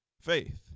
faith